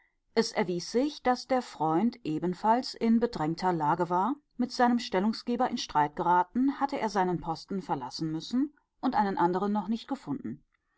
es erwies sich daß der freund ebenfalls in bedrängter lage war mit seinem stellungsgeber in streit geraten hatte er seinen posten verlassen müssen und einen andern noch nicht gefunden